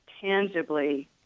tangibly